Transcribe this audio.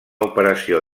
operació